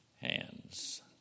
hands